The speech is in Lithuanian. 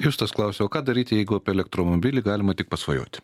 justas klausiau o ką daryti jeigu apie elektromobilį galima tik pasvajoti